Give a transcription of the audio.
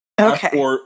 Okay